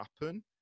happen